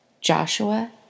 Joshua